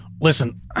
Listen